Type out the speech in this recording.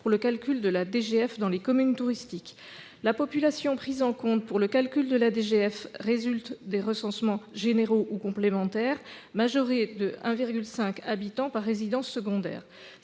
pour le calcul de la DGF dans les communes touristiques. La population prise en compte pour le calcul de la DGF résulte des recensements généraux ou complémentaires, majorée de 1,5 habitant par résidence secondaire.